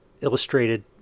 illustrated